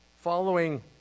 following